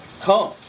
come